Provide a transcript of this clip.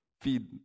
feed